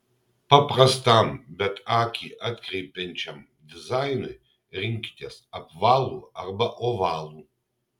paprastam bet akį atkreipiančiam dizainui rinkitės apvalų arba ovalų